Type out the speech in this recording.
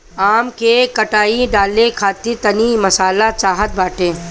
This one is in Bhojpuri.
आम के खटाई डाले खातिर तनी मसाला चाहत बाटे